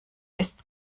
ist